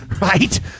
right